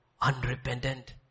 unrepentant